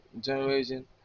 generation